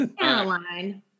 Caroline